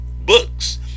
books